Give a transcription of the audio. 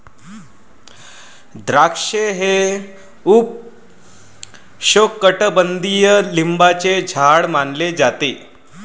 द्राक्षे हे उपोष्णकटिबंधीय लिंबाचे झाड मानले जाते